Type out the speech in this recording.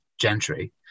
gentry